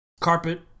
carpet